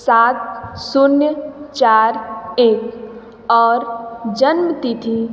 सात शून्य चार एक और जन्मतिथि